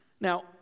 Now